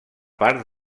part